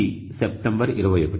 ఇది సెప్టెంబర్ 21